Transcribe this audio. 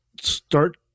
start